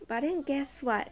but then guess what